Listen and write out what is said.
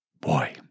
Boy